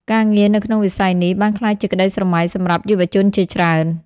ការងារនៅក្នុងវិស័យនេះបានក្លាយជាក្ដីស្រមៃសម្រាប់យុវជនជាច្រើន។